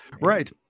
Right